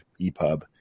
EPUB